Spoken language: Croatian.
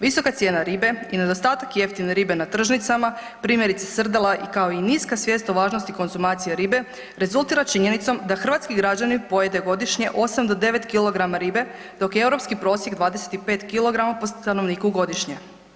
Visoka cijena ribe i nedostatak jeftine ribe na tržnicama primjerice srdela kao i niska svijest o važnosti konzumacije ribe rezultira činjenicom da hrvatski građanin pojede godišnje 8 do 9 kg ribe, dok je europski prosjek 25 kg po stanovniku godišnje.